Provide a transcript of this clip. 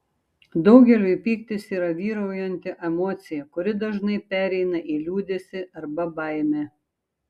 daugeliui pyktis yra vyraujanti emocija kuri dažnai pereina į liūdesį arba baimę